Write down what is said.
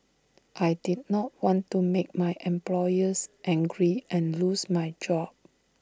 I did not want to make my employers angry and lose my job